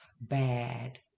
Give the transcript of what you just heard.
bad